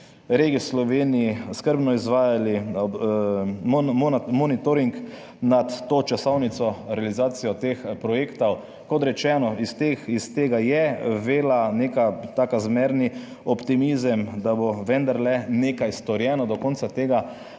regij v Sloveniji skrbno izvajali monitoring nad to časovnico realizacijo teh projektov. Kot rečeno, iz tega je vela neka taka zmerni optimizem, da bo vendarle nekaj storjeno do konca tega